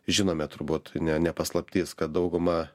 žinome turbūt ne ne paslaptis kad dauguma